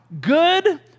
Good